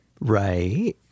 Right